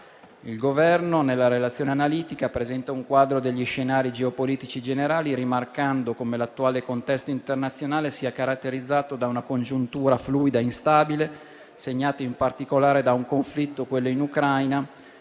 Il Governo, nella relazione analitica, presenta un quadro degli scenari geopolitici generali, rimarcando come l'attuale contesto internazionale sia caratterizzato da una congiuntura fluida e instabile, segnata in particolare da un conflitto, quello in Ucraina,